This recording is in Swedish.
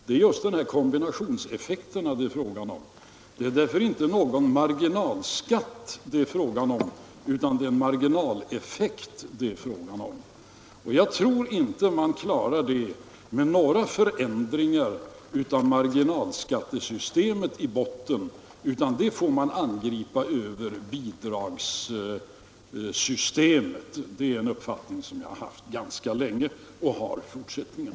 Det är en kombinationseffekt det är fråga om. Det handlar därför inte om någon marginalskatt, utan om en marginaleffekt. Jag tror inte man klarar den med några förändringar av marginalskattesystemet i botten. Det får man angripa över bidragssystemet. Det är en uppfattning som jag har haft ganska länge och har även i fortsättningen.